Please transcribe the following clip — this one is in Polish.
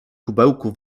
kubełku